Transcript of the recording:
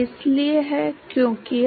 तो यह लगभग 033 होगा